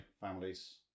families